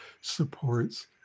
supports